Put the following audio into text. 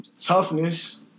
toughness